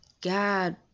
God